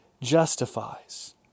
justifies